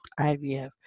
IVF